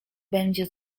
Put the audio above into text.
będzie